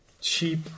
cheap